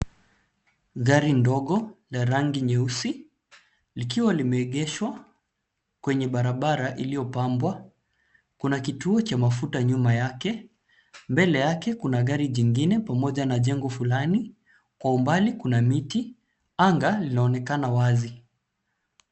Gari ndogo la rangi nyeusi, likiwa limeegeshwa kwenye barabara iliyopambwa. Kuna kituo cha mafuta nyuma yake. Mbele yake kuna gari jingine pamoja na jengo fulani. Kwa umbali kuna miti. Anga linaonekana wazi.